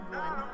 one